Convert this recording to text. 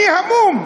אני המום.